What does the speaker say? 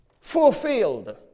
Fulfilled